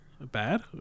Bad